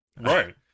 Right